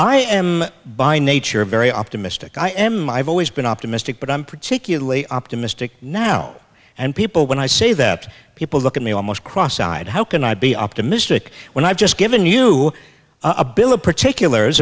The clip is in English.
i am by nature a very optimistic i am i've always been optimistic but i'm particularly optimistic now and people when i say that people look at me almost cross eyed how can i be optimistic when i've just given you a bill of particular